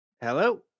Hello